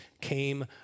came